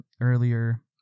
earlier